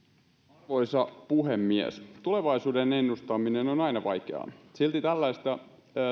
arvoisa puhemies tulevaisuuden ennustaminen on aina vaikeaa silti tällaista